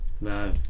No